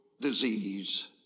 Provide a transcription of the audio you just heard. disease